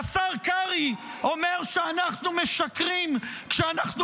והשר קרעי אומר שאנחנו משקרים כשאנחנו